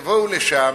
יבואו לשם